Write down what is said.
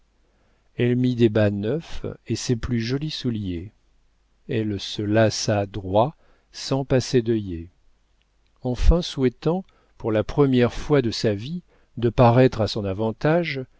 elle mit des bas neufs et ses plus jolis souliers elle se laça droit sans passer d'œillets enfin souhaitant pour la première fois de sa vie de paraître à son avantage